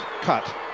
cut